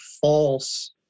false